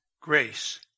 grace